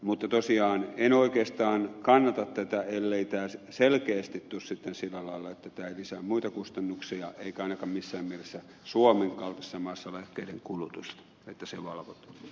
mutta tosiaan en oikeastaan kannata tätä ellei tämä selkeästi tule sitten sillä lailla että tämä ei lisää muita kustannuksia eikä ainakaan missään mielessä suomen kaltaisessa maassa lääkkeiden kulutusta että se valvotaan